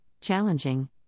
challenging